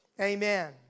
Amen